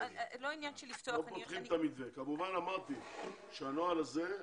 כמובן אמרתי שהנוהל הזה,